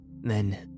Then